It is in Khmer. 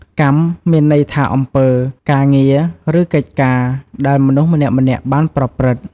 កម្ម មានន័យថា អំពើ ការងារ ឬកិច្ចការ ដែលមនុស្សម្នាក់ៗបានប្រព្រឹត្ត។